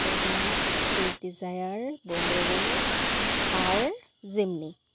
WagonR swift Dzire bolero Thar Jimny